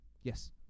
Yes